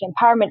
empowerment